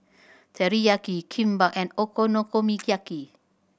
Teriyaki Kimbap and Okonomiyaki